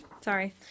Sorry